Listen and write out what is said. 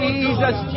Jesus